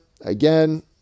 again